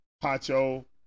Pacho